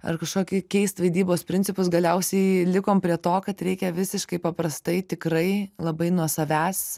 ar kažkokį keist vaidybos principus galiausiai likom prie to kad reikia visiškai paprastai tikrai labai nuo savęs